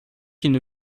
qu’ils